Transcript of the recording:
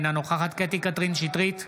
אינה נוכחת קטי קטרין שטרית,